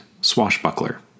swashbuckler